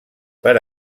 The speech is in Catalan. per